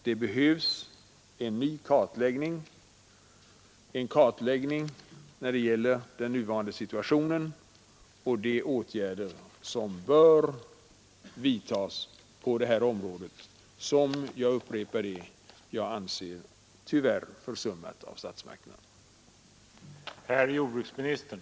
Det behövs en kartläggning av den nuvarande situationen och av de åtgärder som bör vidtas på detta område, som jag — jag upprepar det — anser vara försummat av statsmakterna.